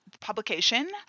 publication